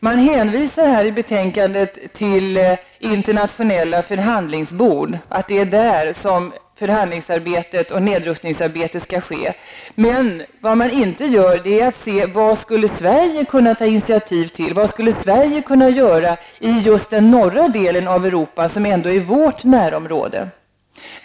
Man hänvisar i betänkandet till internationella förhandlingsbord och säger att det är där som förhandlingsarbetet och nedrustningsarbetet skall ske. Men vad man inte gör är att fråga sig vad Sverige skulle kunna ta initiativ till. Vad skulle Sverige kunna göra i just den norra delen av Europa, som är vårt närområde?